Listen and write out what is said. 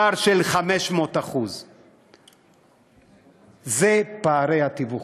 פער של 500%. אלה פערי התיווך,